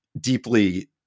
deeply